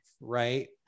right